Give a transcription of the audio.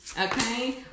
okay